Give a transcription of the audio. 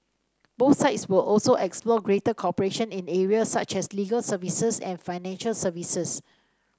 both sides will also explore greater cooperation in areas such as legal services and financial services